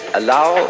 allow